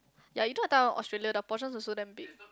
ya you drop down Australia the portions also damn big